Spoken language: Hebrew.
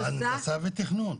הנדסה ותכנון.